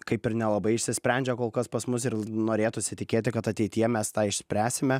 kaip ir nelabai išsisprendžia kol kas pas mus ir norėtųsi tikėti kad ateityje mes tą išspręsime